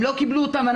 הם לא קיבלו אותן.